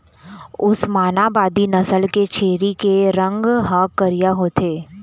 ओस्मानाबादी नसल के छेरी के रंग ह करिया होथे